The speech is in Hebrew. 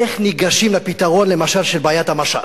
איך ניגשים לפתרון למשל של בעיית המשט,